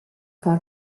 far